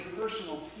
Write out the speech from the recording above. personal